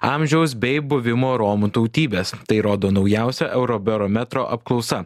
amžiaus bei buvimo romų tautybės tai rodo naujausia eurobarometro apklausa